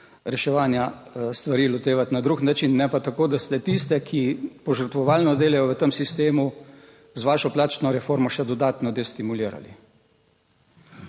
reševanja stvari lotevati na drug način, ne pa tako, da ste tiste, ki požrtvovalno delajo v tem sistemu, z vašo plačno reformo še dodatno destimulirali.